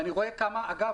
ואגב,